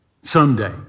someday